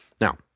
Now